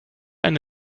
eine